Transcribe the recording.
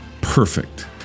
perfect